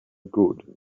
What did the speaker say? good